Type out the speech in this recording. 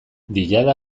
diada